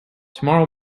tomorrow